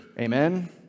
Amen